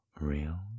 real